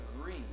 agree